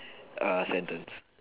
uh sentence